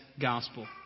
gospel